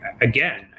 again